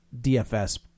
DFS